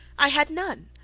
i had none.